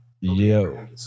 Yo